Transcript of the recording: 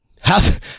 how's